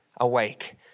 awake